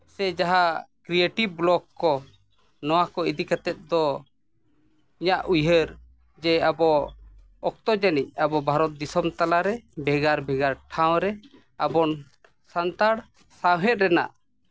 ᱥᱮ ᱡᱟᱦᱟᱸ creative blog ᱠᱚ ᱱᱚᱣᱟ ᱠᱚ ᱤᱫᱤ ᱠᱟᱛᱮᱫ ᱫᱚ ᱤᱧᱟᱹᱜ ᱩᱭᱦᱟᱹᱨ ᱡᱮ ᱟᱵᱚ ᱚᱠᱛᱚ ᱡᱟᱹᱱᱤᱡ ᱟᱵᱚ ᱵᱷᱟᱨᱚᱛ ᱫᱤᱥᱚᱢ ᱛᱟᱞᱟ ᱨᱮ ᱵᱷᱮᱜᱟᱨ ᱵᱷᱮᱜᱟᱨ ᱴᱷᱟᱶ ᱨᱮ ᱟᱵᱚᱱ ᱥᱟᱱᱛᱟᱲ ᱥᱟᱶᱦᱮᱫ ᱨᱮᱱᱟᱜ